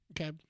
Okay